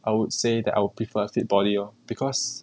I would say that I would prefer fit body lor because